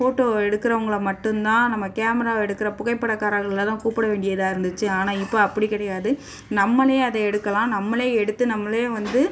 photo எடுக்குறவங்களை மட்டும் தான் நம்ம கேமரா எடுக்கிற புகைப்படக்காரர்களலாம் கூப்பிட வேண்டியதாக இருந்துச்சு ஆனால் இப்போ அப்படி கிடையாது நம்மளே அதை எடுக்கலாம் நம்மளே எடுத்து நம்மளே வந்து